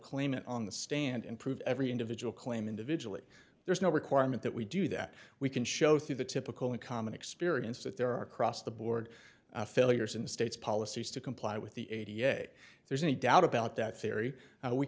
claimant on the stand and prove every individual claim individually there's no requirement that we do that we can show through the typical and common experience that there are across the board failures in states policies to comply with the a t f if there's any doubt about that theory now we